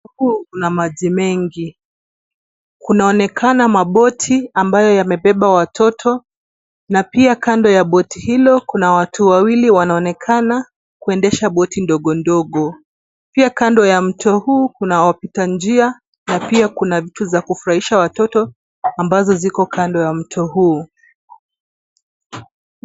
Huu una maji mengi. Kunaonekana maboti ambayo yamebeba watoto na pia kando ya boti hilo kuna watu wawili wanaonekana kuendesha boti ndogo ndogo. Pia kando ya mto huu kuna wapitanjia na pia kuna vitu za kufurahisha watoto ambazo ziko kando ya mto huu.